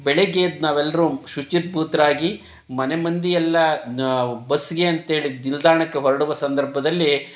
ಬೆಳಿಗ್ಗೆ ಎದ್ದು ನಾವೆಲ್ಲರು ಶುಚಿರ್ಭೂತರಾಗಿ ಮನೆಮಂದಿಯೆಲ್ಲ ಬಸ್ಗೆ ಅಂತೇಳಿ ನಿಲ್ದಾಣಕ್ಕೆ ಹೊರಡುವ ಸಂದರ್ಭದಲ್ಲಿ